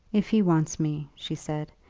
if he wants me, she said,